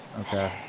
Okay